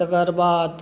तकर बाद